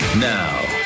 Now